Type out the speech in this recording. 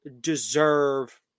deserve